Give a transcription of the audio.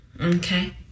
okay